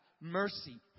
mercy